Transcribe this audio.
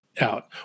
out